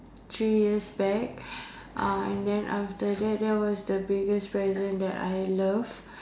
three years back uh and then after that that was the previous present that I love